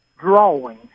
drawing